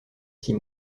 six